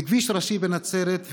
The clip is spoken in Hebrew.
בכביש ראשי בנצרת,